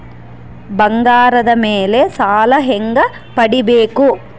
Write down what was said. ಬಂಗಾರದ ಮೇಲೆ ಸಾಲ ಹೆಂಗ ಪಡಿಬೇಕು?